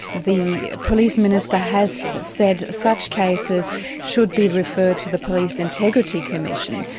the police minister has said such cases should be referred to the police integrity commission,